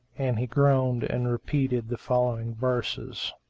and he groaned and repeated the following verses,